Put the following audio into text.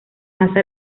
masa